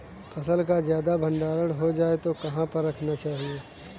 फसल का ज्यादा भंडारण हो जाए तो कहाँ पर रखना चाहिए?